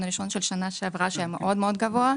הראשון של שנה שעברה שהיה מאוד גבוה.